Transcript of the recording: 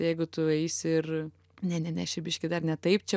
jeigu tu eisi ir ne ne ne aš čia biškį dar ne taip čia